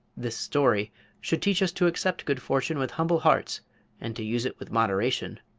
this story should teach us to accept good fortune with humble hearts and to use it with moderation.